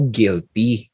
guilty